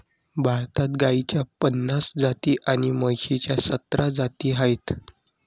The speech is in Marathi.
भारतात गाईच्या पन्नास जाती आणि म्हशीच्या सतरा जाती आहेत